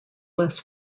less